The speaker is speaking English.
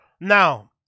Now